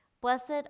Blessed